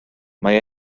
mae